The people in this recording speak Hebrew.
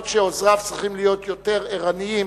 אומנם עוזריו צריכים להיות יותר ערניים,